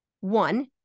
one